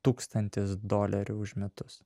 tūkstantis dolerių už metus